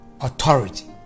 authority